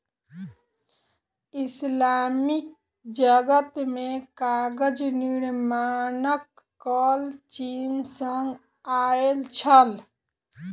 Islamic जगत मे कागज निर्माणक कला चीन सॅ आयल छल